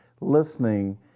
listening